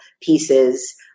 pieces